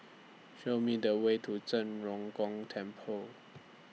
Show Me The Way to Zhen Ren Gong Temple